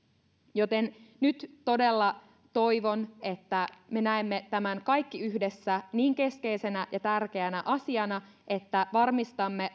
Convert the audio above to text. joten nyt todella toivon että me näemme tämän kaikki yhdessä niin keskeisenä ja tärkeänä asiana että varmistamme